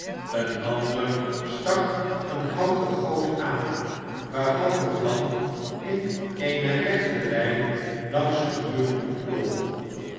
een ander stak eene houten goot aan waarvan de vlam in eene rechte lijn langs den muur opklom